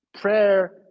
Prayer